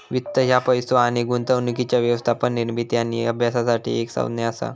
वित्त ह्या पैसो आणि गुंतवणुकीच्या व्यवस्थापन, निर्मिती आणि अभ्यासासाठी एक संज्ञा असा